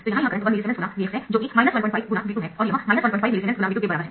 तो यहाँ यह करंट 1 मिलीसीमेंस ×Vx है जो कि 15×V2 है और यह -15 मिलीसीमेंस×V2 के बराबर है